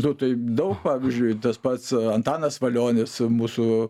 nu tai daug pavyzdžiui tas pats antanas valionis mūsų